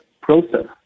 process